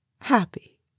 happy